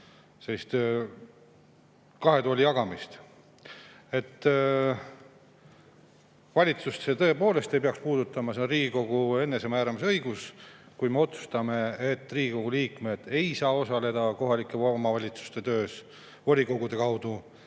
kahe tooli jagamist. Valitsust see tõepoolest ei peaks puudutama, see on Riigikogu enesemääramise õigus. Kui me [tahame] otsustada, et Riigikogu liikmed ei saa osaleda kohalike omavalitsuste töös volikogude kaudu,